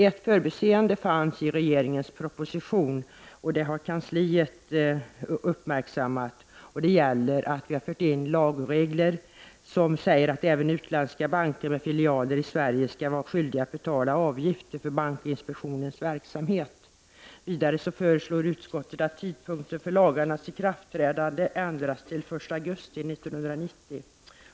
Ett förbiseende har gjorts i regeringens proposition, vilket kansliet har uppmärksammat, och det gäller att lagregler har införts som innebär att även utländska banker med filialer i Sverige skall vara skyldiga att betala avgifter för bankinspektionens verksamhet. Vidare föreslår utskottet att tidpunkten för lagarnas ikraftträdande ändras till den 1 augusti 1990.